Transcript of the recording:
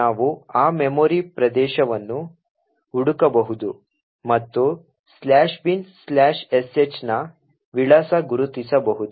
ನಾವು ಆ ಮೆಮೊರಿ ಪ್ರದೇಶವನ್ನು ಹುಡುಕಬಹುದು ಮತ್ತು binsh ನ ವಿಳಾಸ ಗುರುತಿಸಬಹುದು